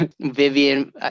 Vivian